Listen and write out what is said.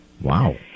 Wow